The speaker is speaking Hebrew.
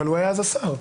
הוא היה אז השר.